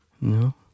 No